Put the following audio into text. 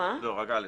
לא, רק (א).